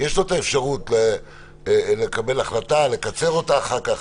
יש את האפשרות לקבל החלטה לקצר אותה אחר כך.